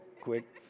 quick